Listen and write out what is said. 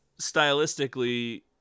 stylistically